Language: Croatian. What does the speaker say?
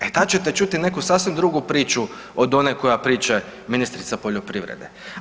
E tad čete čuti neku sasvim drugu priču od one koju priča ministrica poljoprivrede.